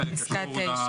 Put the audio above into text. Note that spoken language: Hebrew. פסקה 8 דיברנו.